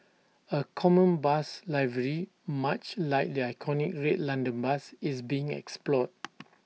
A common bus livery much like the iconic red London bus is being explored